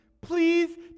Please